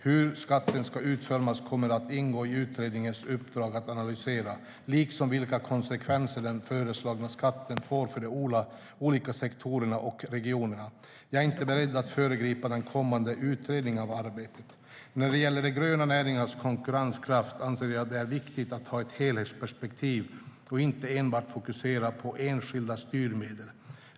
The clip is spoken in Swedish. Hur skatten ska utformas kommer att ingå i utredningens uppdrag att analysera, liksom vilka konsekvenser den föreslagna skatten får för de olika sektorerna och regionerna. Jag är inte beredd att föregripa den kommande utredningens arbete. När det gäller de gröna näringarnas konkurrenskraft anser jag att det är viktigt att ha ett helhetsperspektiv och inte enbart fokusera på enskilda styrmedel.